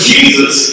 Jesus